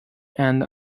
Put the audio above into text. and